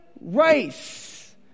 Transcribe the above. race